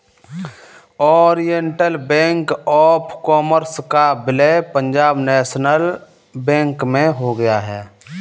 Oriental bank of commerce का विलय Punjab national bank में हो गया है